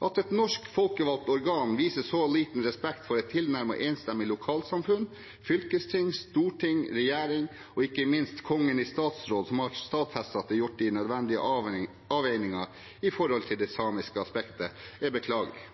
At et norsk folkevalgt organ viser så liten respekt for et tilnærmet enstemmig lokalsamfunn, fylkesting, storting, regjering og ikke minst Kongen i statsråd, som har stadfestet at det er gjort de nødvendige avveininger når det gjelder det samiske aspektet, er beklagelig.